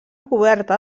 coberta